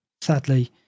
sadly